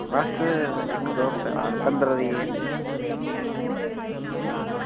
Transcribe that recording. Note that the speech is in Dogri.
बस इक्क दौ हफ्ते दे बाद पंदररां तरीक ऐ